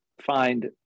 find